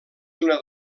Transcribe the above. una